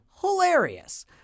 hilarious